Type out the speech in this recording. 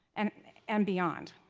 and and beyond.